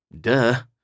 Duh